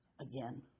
again